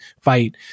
fight